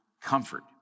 comfort